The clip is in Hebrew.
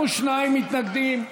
42 מתנגדים,